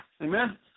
Amen